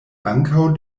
ankaŭ